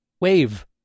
Wave